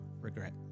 regret